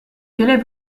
est